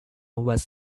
was